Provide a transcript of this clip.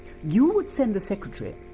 you would send the secretary,